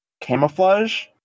camouflage